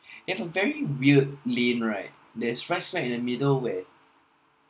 have a very weird lane right there's right smack in the middle where